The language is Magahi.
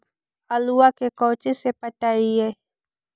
आलुआ के कोचि से पटाइए?